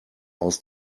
aus